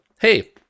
hey